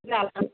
जालां